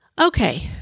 Okay